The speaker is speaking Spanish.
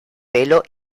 velo